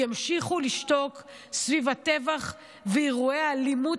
ימשיכו לשתוק סביב הטבח ואירועי האלימות